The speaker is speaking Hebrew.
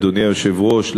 אדוני היושב-ראש,